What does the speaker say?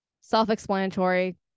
Self-explanatory